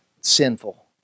sinful